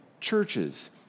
churches